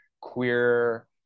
queer